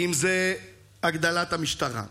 אם זה הגדלת המשטרה,